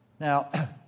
Now